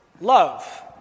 love